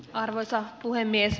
arvoisa puhemies